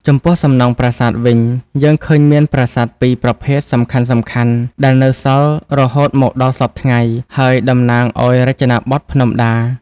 ចំពោះសំណង់ប្រាសាទវិញ យើងឃើញមានប្រាសាទពីរប្រភេទសំខាន់ៗដែលនៅសល់រហូតមកដល់សព្វថ្ងៃ ហើយតំណាងឱ្យរចនាបថភ្នំដា។